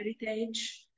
heritage